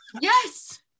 Yes